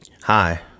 Hi